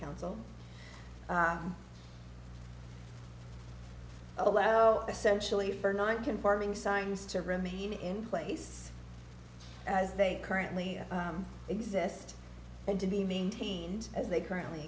council oh well essentially for not conforming signs to remain in place as they currently exist and to be maintained as they currently